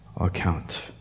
account